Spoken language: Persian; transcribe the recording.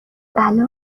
بلا